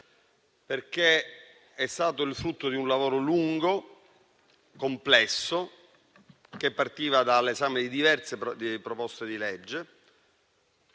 stato infatti il frutto di un lavoro lungo, complesso che partiva dall'esame di diverse proposte di legge,